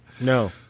No